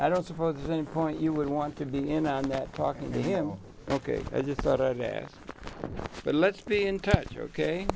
i don't suppose any point you would want to bring in on that talking to him ok i just thought i'd ask but let's be in touch ok